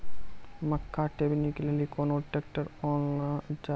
मक्का टेबनी के लेली केना ट्रैक्टर ओनल जाय?